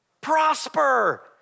Prosper